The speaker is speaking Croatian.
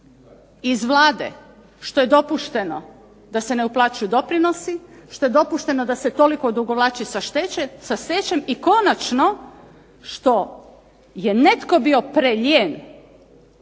iz Vlade što je dopušteno da se ne uplaćuju doprinosi, što je dopušteno da se toliko odugovlači sa stečajem i konačno što je netko bio prelijen